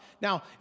Now